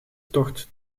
tocht